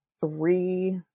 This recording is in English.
three